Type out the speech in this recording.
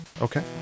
okay